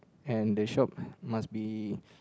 and the shop must be